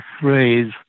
phrase